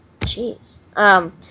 jeez